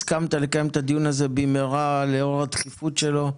הסכמת לקיים את הדיון הזה במהרה לאור הדחיפות שלו.